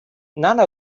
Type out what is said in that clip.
none